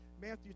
Matthew